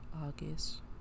august